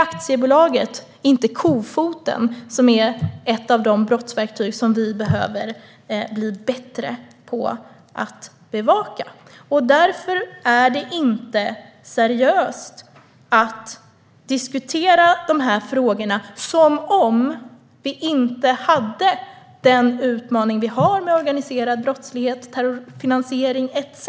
Aktiebolaget, inte kofoten, är ett av de brottsverktyg som vi behöver bli bättre på att bevaka. Därför vore det inte seriöst att diskutera de här frågorna som om vi inte hade den utmaning vi har med organiserad brottslighet, terrorfinansiering etcetera.